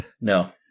no